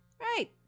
Right